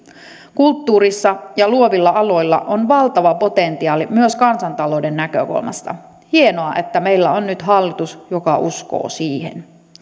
kulttuurissa ja luovilla aloilla on valtava potentiaali myös kansantalouden näkökulmasta hienoa että meillä on nyt hallitus joka uskoo siihen